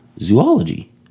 zoology